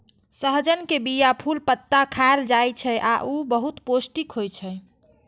सहजन के बीया, फूल, पत्ता खाएल जाइ छै आ ऊ बहुत पौष्टिक होइ छै